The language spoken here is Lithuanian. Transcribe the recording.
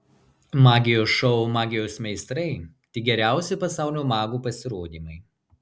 magijos šou magijos meistrai tik geriausi pasaulio magų pasirodymai